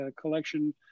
collection